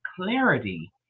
clarity